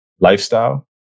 lifestyle